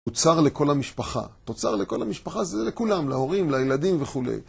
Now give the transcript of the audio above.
תוצר לכל המשפחה, תוצר לכל המשפחה, זה לכולם, להורים, לילדים וכולי